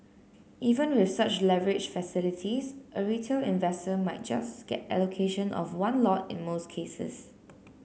even with such leverage facilities a retail investor might just get allocation of one lot in most cases